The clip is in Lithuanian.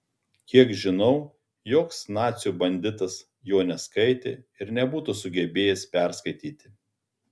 kiek žinau joks nacių banditas jo neskaitė ir nebūtų sugebėjęs perskaityti